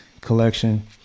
collection